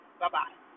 Bye-bye